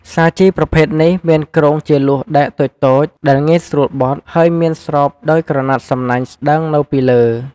សាជីប្រភេទនេះមានគ្រោងជាលួសដែកតូចៗដែលងាយស្រួលបត់ ហើយមានស្រោបដោយក្រណាត់សំណាញ់ស្តើងនៅពីលើ។